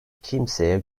kimseye